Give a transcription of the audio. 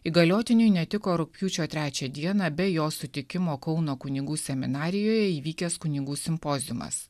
įgaliotiniui netiko rugpjūčio trečią dieną be jo sutikimo kauno kunigų seminarijoje įvykęs kunigų simpoziumas